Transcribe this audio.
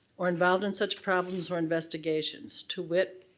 or involved in such problems or investigations, to wit,